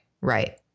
Right